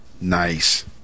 Nice